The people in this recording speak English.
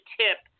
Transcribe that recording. tip